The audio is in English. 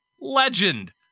Legend